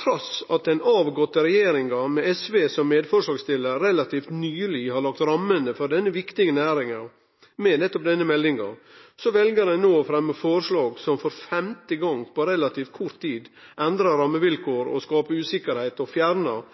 Trass i at den førre regjeringa med SV som medforslagsstillar relativt nyleg har lagt rammene for denne viktige næringa med nettopp denne meldinga, vel ein no å fremje forslag som for femte gong på relativt kort tid endrar rammevilkåra og